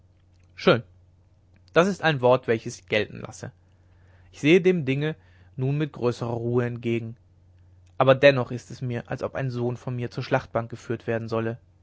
schön das ist ein wort welches ich gelten lasse ich sehe dem dinge nun mit größerer ruhe entgegen aber dennoch ist es mir als ob ein sohn von mir zur schlachtbank geführt werden solle